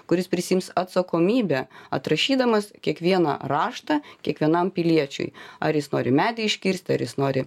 kuris prisiims atsakomybę atrašydamas kiekvieną raštą kiekvienam piliečiui ar jis nori medį iškirsti ar jis nori